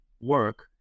work